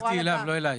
דיברתי אליו, לא אלייך.